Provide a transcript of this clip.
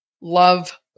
love